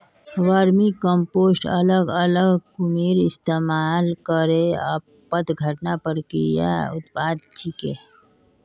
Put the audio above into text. vermicompost अलग अलग कृमिर इस्तमाल करे अपघटन प्रक्रियार उत्पाद छिके